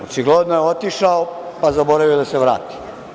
Očigledno je otišao, pa zaboravio da se vrati.